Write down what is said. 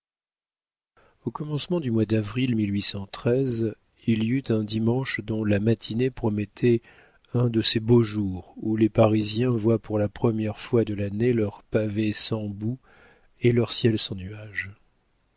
au commencement du mois d'avril il y eut un dimanche dont la matinée promettait un de ces beaux jours où les parisiens voient pour la première fois de l'année leurs pavés sans boue et leur ciel sans nuages